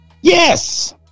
Yes